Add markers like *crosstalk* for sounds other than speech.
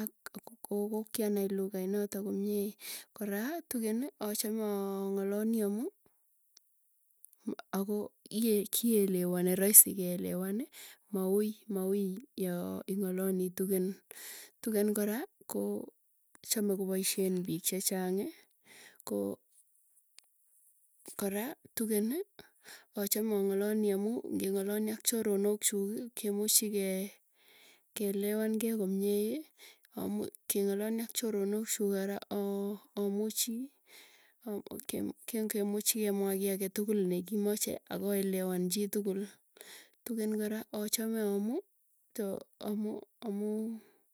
ak ako kogo kwanailughainaa, komie. Kora tugen achame ang'alaliii amuu ak kielewani raisi keelwani, maui maui yoo ing'alali tugen. Tugen koraa koo chame kopoisyen piik chechang'ii koraa tugeni achame ang'alalii amuu ngeng'alalii ak choronok chuuki kemuchi kee, keelewan kei komie. Amuu keng'alali ak choronokchuk kora aah amuchi kemuchi kemwa kii age tukul ne kimache akoelewan chitukul. Tugen kora achame amuu. *hesitation*